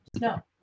no